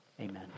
amen